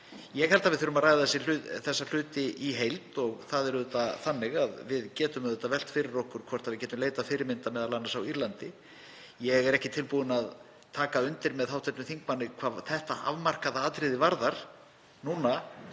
Ég held að við þurfum að ræða þessa hluti í heild og við getum auðvitað velt fyrir okkur hvort við getum leitað fyrirmynda, m.a. á Írlandi. Ég er ekki tilbúinn að taka undir með hv. þingmanni hvað þetta afmarkaða atriði varðar núna,